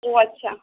او اچھا